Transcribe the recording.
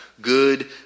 good